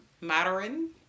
Modern